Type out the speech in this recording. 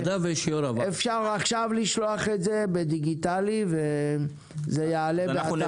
אפשר עכשיו לשלוח את זה דיגיטלית וזה יעלה באתר.